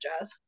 jazz